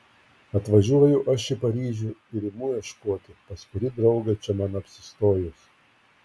atvažiuoju aš į paryžių ir imu ieškoti pas kurį draugą čia man apsistojus